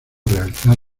realizar